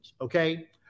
okay